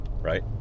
right